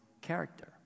character